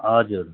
हजुर